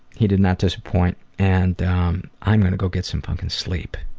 he did not disappoint. and um i'm going to go get some fucking sleep.